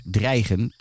dreigen